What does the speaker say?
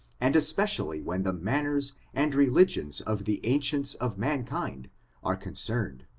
and especially when the manners and religions of the ancients of mankind are concerned.